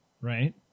Right